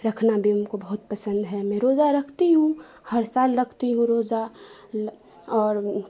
رکھنا بھی ہم کو پہت پسند ہے میں روزہ رکھتی ہوں ہر سال رکھتی ہوں روزہ اور